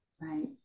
right